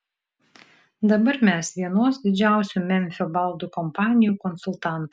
dabar mes vienos didžiausių memfio baldų kompanijų konsultantai